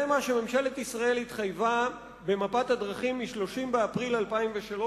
זה מה שממשלת ישראל התחייבה במפת הדרכים ב-30 באפריל 2003,